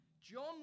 John